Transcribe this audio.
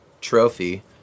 Trophy